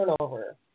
turnover